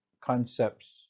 concepts